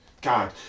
God